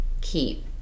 keep